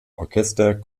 orchester